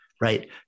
right